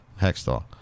Hextall